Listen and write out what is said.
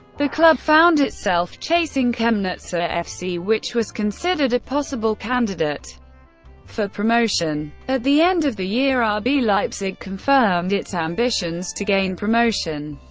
the club found itself chasing chemnitzer fc, which was considered a possible candidate for promotion. at the end of the year, ah rb leipzig confirmed its ambitions to gain promotion,